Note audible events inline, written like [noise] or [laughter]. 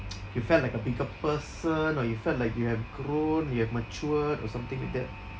[noise] you felt like a bigger person or you felt like you have grown you have matured or something like that